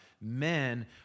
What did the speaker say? men